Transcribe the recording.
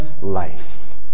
life